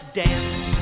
dance